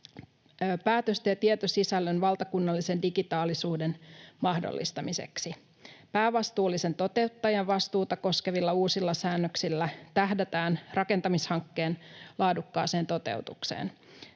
päätösten ja tietosisällön valtakunnallisen digitaalisuuden mahdollistamiseksi. Päävastuullisen toteuttajan vastuuta koskevilla uusilla säännöksillä tähdätään rakentamishankkeen laadukkaaseen toteutukseen.